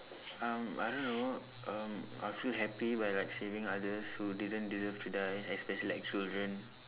um I don't know um I feel happy when like saving others who didn't deserve to die especially like children